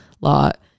lot